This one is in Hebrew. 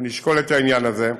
אנחנו נשקול את העניין הזה.